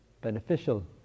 beneficial